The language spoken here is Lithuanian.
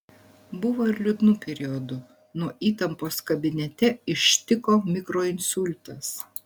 buvo ir liūdnų periodų nuo įtampos kabinete ištiko mikroinsultas